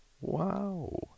Wow